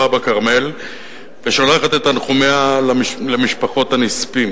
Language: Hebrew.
בכרמל ושולחת את תנחומיה למשפחות הנספים.